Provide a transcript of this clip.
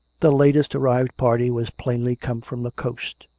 the latest arrived party was plainly come from the coast.